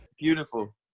Beautiful